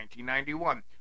1991